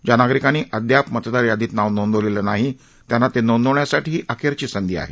ज्या नागरिकांनी अदयाप मतदारयादीत नाव नोंदवलेलं नाही त्यांना ते नोंदवण्यासाठी ही अखेरची संधी आहे